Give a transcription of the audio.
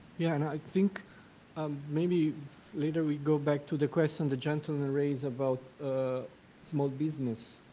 yeah, and i think um maybe later we go back to the question the gentleman raised about small business.